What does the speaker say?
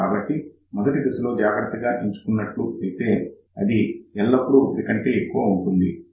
కాబట్టి మొదటి దశలో జాగ్రత్తగా ఎంచుకున్నట్లు అయితే అది ఎల్లప్పుడూ ఒకటి కంటే ఎక్కువ ఉంటుంది